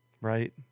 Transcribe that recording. Right